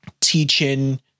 teaching